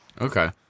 Okay